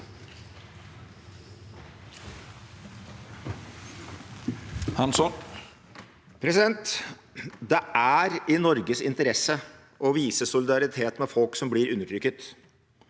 Det er i Norges interesse å vise solidaritet med folk som blir undertrykket.